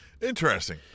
Interesting